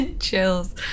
Chills